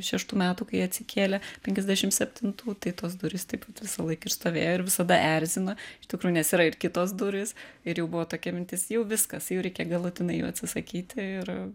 šeštų metų kai atsikėlė penkiasdešim septintų tai tos durys taip visąlaik ir stovėjo ir visada erzino iš tikrųjų nes yra ir kitos durys ir jau buvo tokia mintis jau viskas jau reikia galutinai jų atsisakyti ir